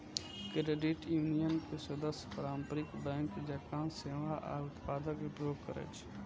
credit union के सदस्य पारंपरिक बैंक जकां सेवा आ उत्पादक उपयोग करै छै